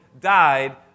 died